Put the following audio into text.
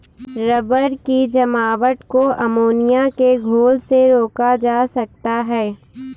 rubber की जमावट को अमोनिया के घोल से रोका जा सकता है